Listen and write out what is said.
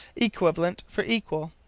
equivalent for equal.